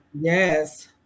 Yes